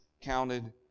counted